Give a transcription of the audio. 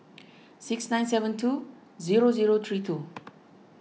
six nine seven two zero zero three two